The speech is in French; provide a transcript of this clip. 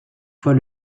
fois